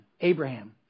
Abraham